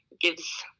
gives